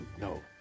No